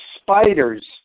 spiders